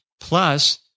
plus